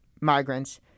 migrants